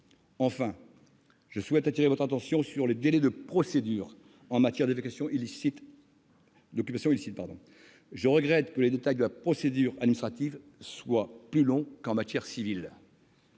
Enfin, je souhaite attirer votre attention sur les délais de procédure en matière d'évacuation en cas d'occupation illicite. Je regrette que les délais de la procédure administrative soient plus longs qu'en matière civile,